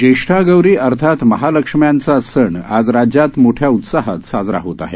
ज्येष्ठा गौरी अर्थात महालक्षम्यांचा सण आज राज्यात मोठ्या उत्साहात साजरा होत आहे